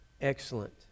excellent